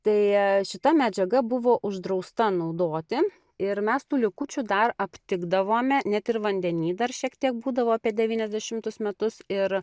tai šita medžiaga buvo uždrausta naudoti ir mes tų likučių dar aptikdavome net ir vandeny dar šiek tiek būdavo apie devyniasdešimtus metus ir